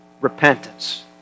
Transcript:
Repentance